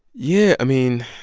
yeah, i mean